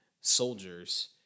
soldiers